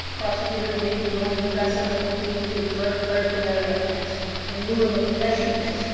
prosecutors may be willing to let somebody plead to a drug paraphernalia offense in lieu of a possession offense,